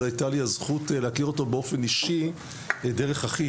אבל היתה לי הזכות להכיר אותו באופן אישי דרך אחי,